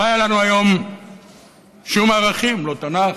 לא היו לנו היום שום ערכים, לא תנ"ך,